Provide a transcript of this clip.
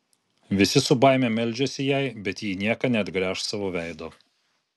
visi su baime meldžiasi jai bet ji į nieką neatgręš savo veido